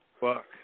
Fuck